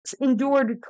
endured